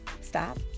Stop